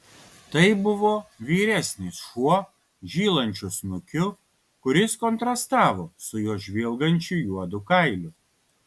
tai buvo vyresnis šuo žylančiu snukiu kuris kontrastavo su jo žvilgančiu juodu kailiu